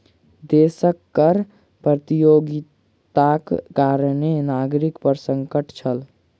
देशक कर प्रतियोगिताक कारणें नागरिक पर संकट छल